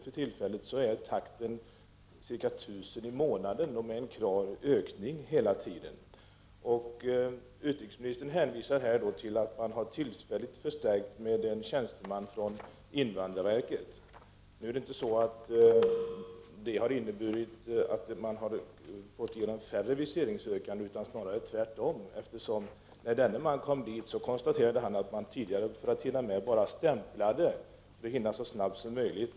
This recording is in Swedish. För närvarande kommer ca 1000 ansökningar i månaden, och det är hela tiden en klar ökning. Utrikesministern hänvisar till att man tillfälligt har förstärkt generalkonsulatet med en tjänsteman från invandrarverket. Nu har detta inte inneburit att man fått igenom flera viseringsansökningar utan snarare tvärtom. När denne tjänsteman kom dit konstaterade han att man dittills för att hinna med bara hade stämplat ansökningarna.